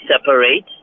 separate